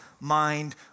mind